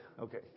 okay